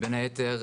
בין היתר,